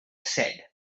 said